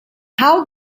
how